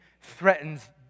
threatens